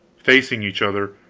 facing each other,